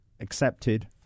Accepted